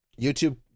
YouTube